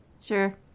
Sure